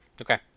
Okay